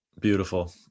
Beautiful